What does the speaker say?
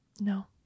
no